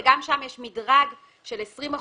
וגם שם יש מדרג של 20%,